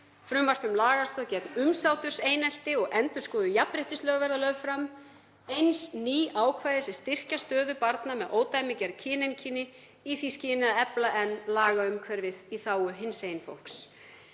Frumvarp um lagastoð gegn umsáturseinelti og endurskoðuð jafnréttislög verða lögð fram, eins ný ákvæði sem styrkja stöðu barna með ódæmigerð kyneinkenni í því skyni að efla enn lagaumhverfið í þágu hinsegin fólks.